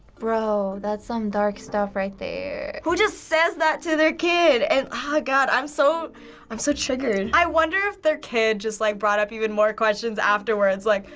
bro, that's some dark stuff right there. who just says that to their kid? and ah god, i'm so um so triggered. i wonder if their kid just like brought up even more questions afterwards like,